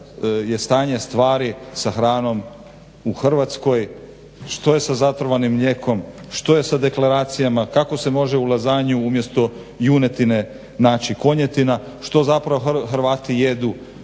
je stanje stvari sa hranom u Hrvatskoj, što je sa zatrovanim mlijekom, što je sa deklaracijama, kako se može u lazanju umjesto junetine naći konjetina, što zapravo Hrvati jedu,